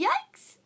Yikes